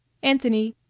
anthony,